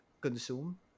consume